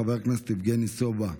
חבר הכנסת יבגני סובה,